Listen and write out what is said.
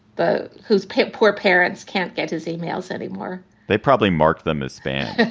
the whose poor parents can't get his emails anymore they probably mark them as spam.